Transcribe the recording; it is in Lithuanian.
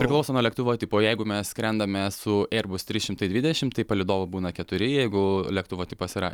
priklauso nuo lėktuvo tipo jeigu mes skrendame su air bus trys šimtai dvidešimt tai palydovų būna keturi jeigu lėktuvo tipas yra